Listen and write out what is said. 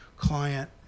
client